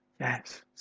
yes